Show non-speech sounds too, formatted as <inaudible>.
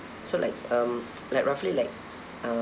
so like um <noise> like roughly like uh